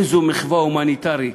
איזו מחווה הומניטרית,